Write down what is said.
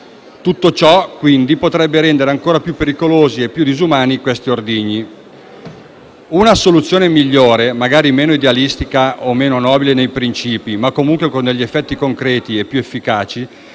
Tutto ciò, quindi, potrebbe rendere ancora più pericolosi e più disumani siffatti ordigni. Una soluzione migliore, magari meno idealistica o meno nobile nei principi, ma con degli effetti concreti e più efficaci,